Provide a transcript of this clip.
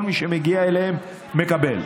כל מי שמגיע אליהם מקבל.